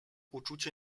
uczucie